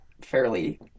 fairly